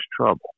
trouble